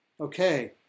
Okay